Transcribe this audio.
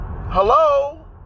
hello